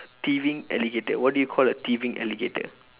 thieving alligator what do you call a thieving alligator